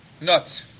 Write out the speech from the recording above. nuts